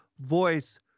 voice